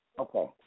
Okay